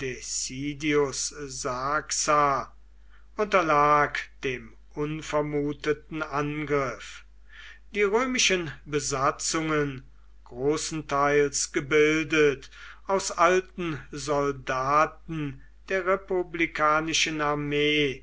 unterlag dem unvermuteten angriff die römischen besatzungen großenteils gebildet aus alten soldaten der republikanischen armee